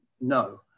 No